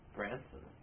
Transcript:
Branson